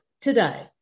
today